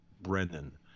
Brennan